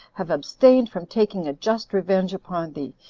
have abstained from taking a just revenge upon thee,